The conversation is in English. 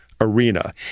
arena